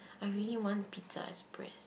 I really want Pizza Express